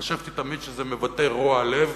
חשבתי תמיד שזה מבטא רוע לב